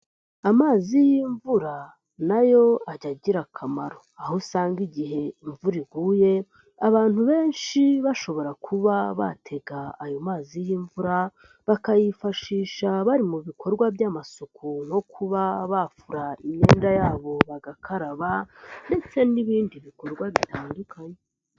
Amazi y'imvura nayo ajya agira akamaro, aho usanga igihe imvura iguye abantu benshi bashobora kuba batega ayo mazi y'imvura, bakayifashisha bari mu bikorwa by'amasuku, no kuba bafura imyenda yabo, bagakaraba ndetse n'ibindi bikorwa bitandukanye.